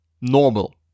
normal